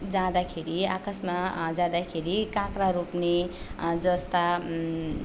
जाँदाखेरि आकाशमा जाँदाखेरि काँक्रा रोप्ने जस्ता